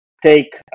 take